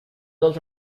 also